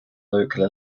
local